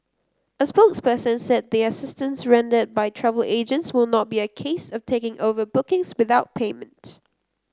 a spokesperson said the assistance rendered by travel agents will not be a case of taking over bookings without payment